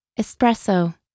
espresso